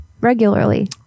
regularly